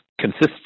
consists